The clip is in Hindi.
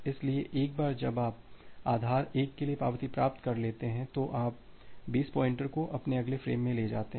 इसलिए एक बार जब आप आधार एक के लिए पावती प्राप्त कर लेते हैं तो आप बेस पॉइंटर को अपने अगले फ्रेम में ले जाते हैं